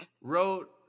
wrote